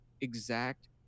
exact